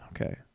Okay